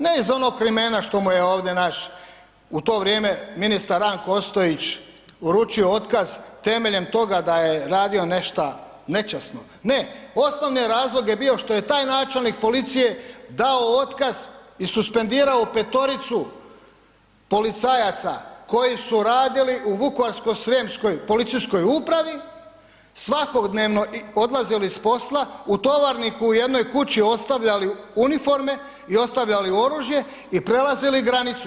Ne iz onoga vremena što mu je ovdje naš u to vrijeme ministar Ranko Ostojić uručio otkaz temeljem toga da je radio nešto nečasno, ne, osnovni je razlog bio što je taj načelnik policije dao otkaz i suspendirao 5-toricu policajaca koji su radili u Vukovarsko-srijemskoj policijskoj upravi, svakodnevno odlazili s posla u Tovarniku u jednoj kući ostavljali uniforme i ostavljali oružje i prelazili granicu.